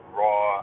raw